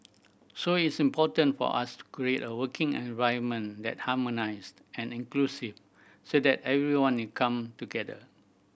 so it's important for us to create a working environment that harmonised and inclusive so that everyone will come together